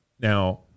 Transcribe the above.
Now